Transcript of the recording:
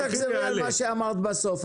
אני מבקש שתחזרי על מה שאמרת בסוף.